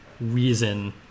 reason